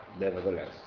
nevertheless